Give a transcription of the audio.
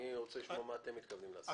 אני רוצה לשמוע מה אתם מתכוונים לעשות.